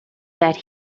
that